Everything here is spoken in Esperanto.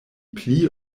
pli